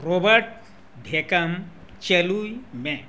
robot ᱵᱷᱮᱠᱳᱭᱟᱢ ᱪᱟᱹᱞᱩᱭ ᱢᱮ